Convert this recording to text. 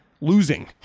Losing